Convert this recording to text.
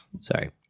Sorry